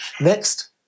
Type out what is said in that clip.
next